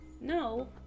no